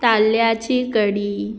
ताल्ल्यांची कडी